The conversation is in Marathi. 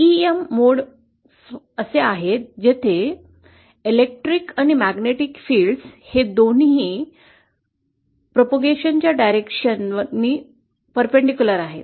TEM मोड्स असे आहेत जेथे विद्युत आणि चुंबकीय क्षेत्र हे दोन्ही प्रसाराच्या दिशेने लंबवत आहेत